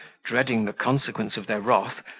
dreading the consequence of their wrath,